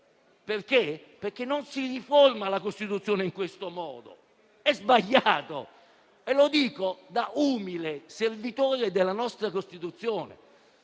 c'è perché non si riforma la Costituzione in questo modo. È sbagliato e lo dico da umile servitore e studioso della nostra Costituzione.